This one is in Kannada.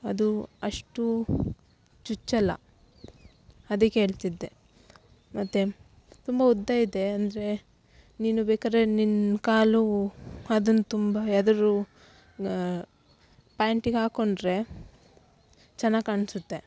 ಅದು ಅಷ್ಟೂ ಚುಚ್ಚಲ್ಲ ಅದಕ್ಕೆ ಹೇಳ್ತಿದ್ದೆ ಮತ್ತು ತುಂಬ ಉದ್ದ ಇದೆ ಅಂದರೆ ನೀನು ಬೇಕಾದ್ರೆ ನಿನ್ನ ಕಾಲು ಅದನ್ನ ತುಂಬ ಯಾವ್ದಾದ್ರೂ ಪ್ಯಾಂಟಿಗೆ ಹಾಕ್ಕೊಂಡ್ರೆ ಚೆನ್ನಾಗಿ ಕಾಣಿಸುತ್ತೆ